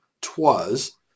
Twas